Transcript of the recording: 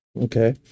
Okay